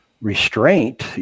restraint